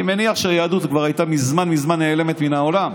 אני מניח שהיהדות כבר הייתה מזמן נעלמת מן העולם.